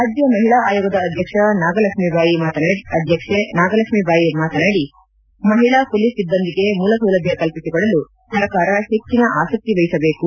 ರಾಜ್ಯ ಮಹಿಳಾ ಆಯೋಗದ ಅಧ್ಯಕ್ಷಿ ನಾಗಲಕ್ಷ್ಮಿ ಬಾಯಿ ಮಾತನಾಡಿ ಮಹಿಳಾ ಹೊಲೀಸ್ ಸಿಬ್ಬಂದಿಗೆ ಮೂಲಸೌಲಭ್ಯ ಕಲ್ಪಿಸಿಕೊಡಲು ಸರ್ಕಾರ ಹೆಚ್ಚಿನ ಆಸಕ್ತಿ ವಹಿಸಿದೇಕು